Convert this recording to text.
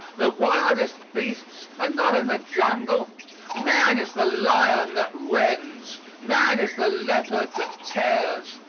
the wildest beasts are not in the jungle man is the lion that rends, man is the leopard that tears,